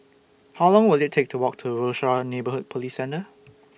How Long Will IT Take to Walk to Rochor Neighborhood Police Centre